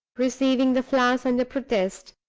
receiving the flowers under protest,